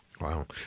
Wow